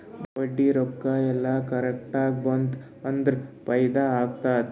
ಬಡ್ಡಿ ರೊಕ್ಕಾ ಎಲ್ಲಾ ಕರೆಕ್ಟ್ ಬಂತ್ ಅಂದುರ್ ಫೈದಾ ಆತ್ತುದ್